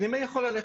הפנימאי יכול ללכת.